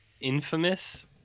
infamous